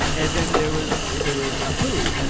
and then there was there was apu. and